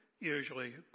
usually